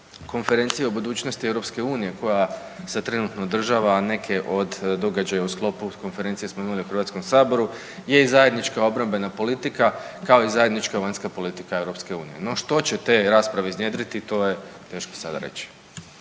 konferencije o budućnosti EU koja se trenutno održava neke od događaja u sklopu s konferencije smo imali u Hrvatskom saboru, je i zajednička obrambena politika kao i zajednička vanjska politika EU. No što će te rasprave iznjedriti to je teško sada reći.